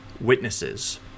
witnesses